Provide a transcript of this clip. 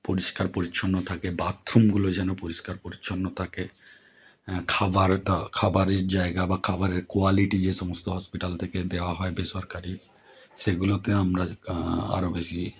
পরিষ্কার পরিচ্ছন্ন থাকে বাথরুমগুলো যেন পরিষ্কার পরিচ্ছন্ন থাকে খাওয়ারতা খাবারের জায়গা বা খাবারের কোয়ালিটি যে সমস্ত হসপিটাল থেকে দেওয়া হয় বেসরকারি সেগুলোতে আমরা আরও বেশি